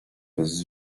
bez